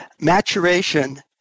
maturation